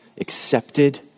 accepted